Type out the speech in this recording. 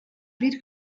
биир